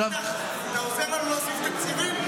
אתה עוזר לנו להוסיף תקציבים?